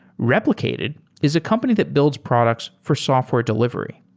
replicated is a company that builds products for software delivery.